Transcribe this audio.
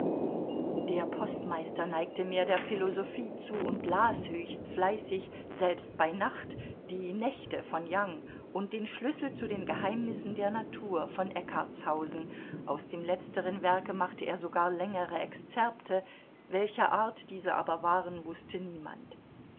der postmeister neigte mehr der philosophie zu und las höchst fleißig selbst bei nacht die nächte von young und den schlüssel zu den geheimnissen der natur von eckartshausen aus dem letzteren werke machte er sogar längere exzerpte welcher art diese aber waren wußte niemand